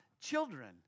children